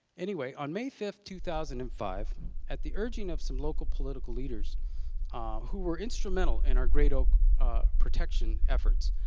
anyway, on may fifth, two thousand and five at the urging of some local political leaders who were instrumental in our great oak protection efforts,